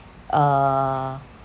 uh